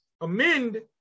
amend